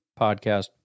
Podcast